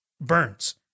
Burns